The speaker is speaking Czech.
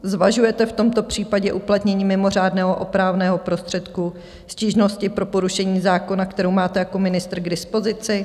Zvažujete v tomto případě uplatnění mimořádného opravného prostředku stížnosti pro porušení zákona, kterou máte jako ministr k dispozici?